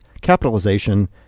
capitalization